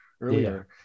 earlier